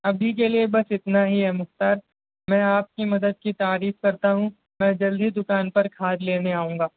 ابھی کے لیے بس اتنا ہی ہے مختار میں آپ کی مدد کی تعریف کرتا ہوں میں جلدی دکان پر کھاد لینے کے لیے آؤں گا